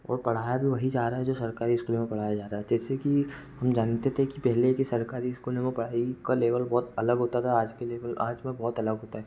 और पढ़ाया भी वही जा रहा है जो सरकारी स्कूलों में पढ़ाया जा रहा है जैसे कि हम जानते थे कि पहले के सरकारी स्कूलों में पढ़ाई का लेवल बहुत अलग होता था आज के लेवल आज में बहुत अलग होता है